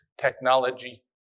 technology